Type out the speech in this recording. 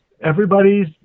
everybody's